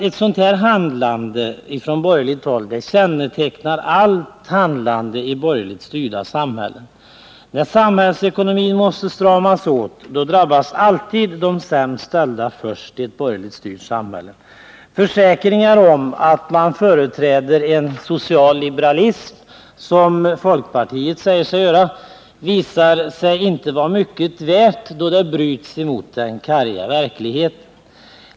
Ett sådant handlande kännetecknar nämligen alla borgerligt styrda samhällen. När samhällsekonomin måste stramas åt, drabbas i ett borgerligt styrt samhälle alltid de sämst ställda först. Försäkringar om att man företräder en social liberalism, som folkpartiet säger sig göra, visar sig inte vara mycket värda då de bryts mot den karga verkligheten.